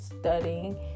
studying